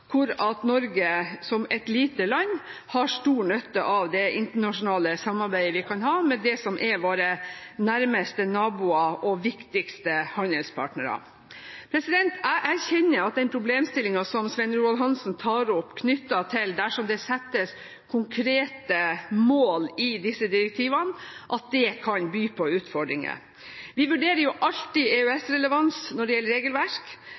hvor Norge som et lite land har stor nytte av det internasjonale samarbeidet vi kan ha med det som er våre nærmeste naboer og viktigste handelspartnere. Jeg erkjenner at den problemstillingen som Svein Roald Hansen tar opp, knyttet til at det settes konkrete mål i disse direktivene, kan by på utfordringer. Vi vurderer alltid EØS-relevans når det gjelder regelverk,